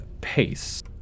pace